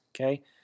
Okay